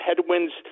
headwinds